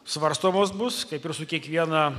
svarstomos bus kaip ir su kiekviena